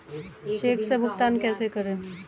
Check से भुगतान कैसे करें?